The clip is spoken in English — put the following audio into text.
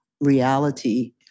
reality